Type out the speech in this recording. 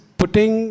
putting